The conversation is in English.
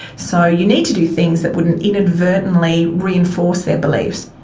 so you need to do things that wouldn't inadvertently reinforce their beliefs.